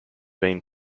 been